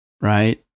right